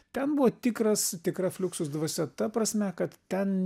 ten buvo tikras tikra fliuksus dvasia ta prasme kad ten